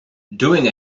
doing